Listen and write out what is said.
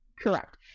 Correct